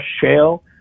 shale